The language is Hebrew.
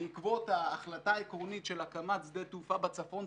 בעקבות ההחלטה העקרונית של הקמת שדה תעופה בצפון,